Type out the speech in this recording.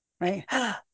right